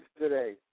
today